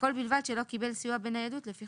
והכול בלבד שלא קיבל סיוע בניידות לפי